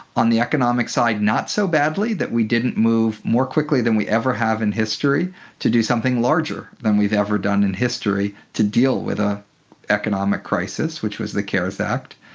on the economic side, not so badly that we didn't move more quickly than we ever have in history to do something larger than we've ever done in history to deal with an ah economic crisis, which was the cares act.